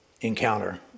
encounter